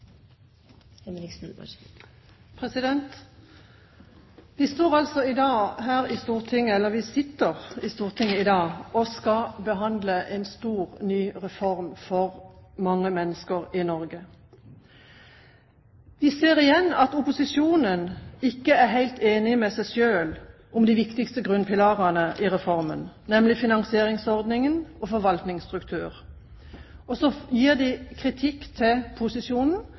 skal behandle en stor, ny reform for mange mennesker i Norge. Vi ser igjen at opposisjonen ikke er helt enig med seg selv om de viktigste grunnpilarene i reformen, nemlig finansieringsordning og forvaltningsstruktur – og så gir den kritikk til posisjonen